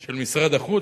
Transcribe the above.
של משרד החוץ.